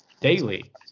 daily